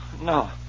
No